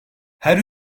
her